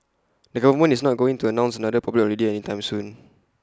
the government is not going to announce another public holiday anytime soon